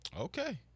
okay